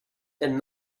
and